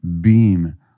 beam